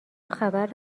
خبر